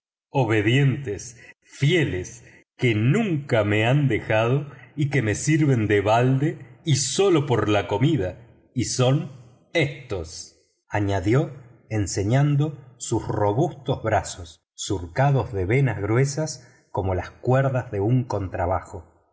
obedientes fieles que nunca me han dejado y que me sirven de balde y sólo por la comida y son éstos añadió enseñando sus robustos brazos surcados de venas gruesas como las cuerdas de un contrabajo